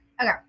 Okay